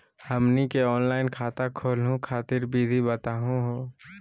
हमनी के ऑनलाइन खाता खोलहु खातिर विधि बताहु हो?